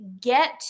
get